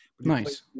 Nice